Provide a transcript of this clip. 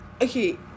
Okay